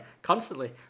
constantly